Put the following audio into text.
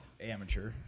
Amateur